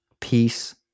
peace